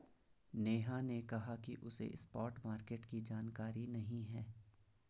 नेहा ने कहा कि उसे स्पॉट मार्केट की जानकारी नहीं है